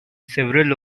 several